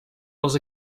dels